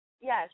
yes